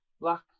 black